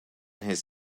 his